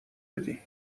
بدی